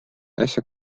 äsja